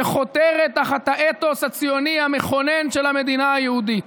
שחותרים תחת האתוס הציוני המכונן של המדינה היהודית,